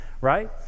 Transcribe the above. right